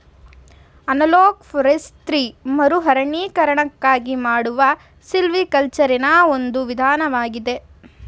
analog forestry ಮರುಅರಣ್ಯೀಕರಣಕ್ಕಾಗಿ ಮಾಡುವ ಸಿಲ್ವಿಕಲ್ಚರೆನಾ ಒಂದು ವಿಧಾನವಾಗಿದೆ